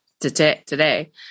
today